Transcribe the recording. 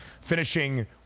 finishing